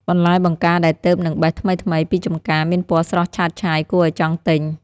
បន្លែបង្ការដែលទើបនឹងបេះថ្មីៗពីចម្ការមានពណ៌ស្រស់ឆើតឆាយគួរឱ្យចង់ទិញ។